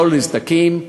לא לנזקקים,